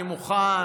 אני מוכן.